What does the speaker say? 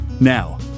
Now